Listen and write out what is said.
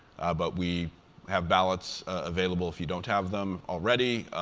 but we have ballots available if you don't have them already.